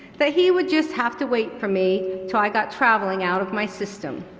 that he would just have to wait for me till i got traveling out of my system.